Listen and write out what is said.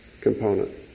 component